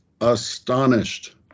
astonished